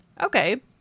Okay